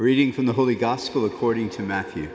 reading from the holy gospel according to matthew